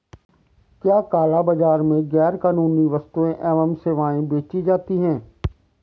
क्या काला बाजार में गैर कानूनी वस्तुएँ एवं सेवाएं बेची जाती हैं?